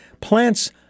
plants